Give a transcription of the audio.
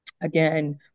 again